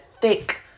thick